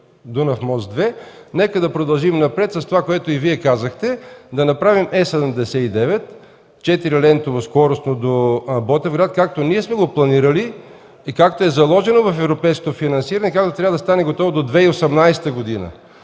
„Дунав мост 2”, нека да продължим напред с това, което и Вие казахте – да направим Е 79 – четирилентово скоростно до Ботевград, както сме го планирали и както е заложено в европейското финансиране, и както трябва да стане готов до 2018 г.